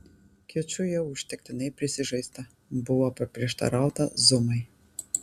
kiču jau užtektinai prisižaista buvo paprieštarauta zumai